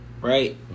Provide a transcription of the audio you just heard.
right